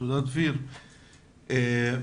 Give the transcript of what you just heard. דני,